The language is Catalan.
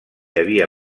havia